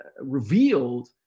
revealed